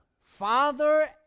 father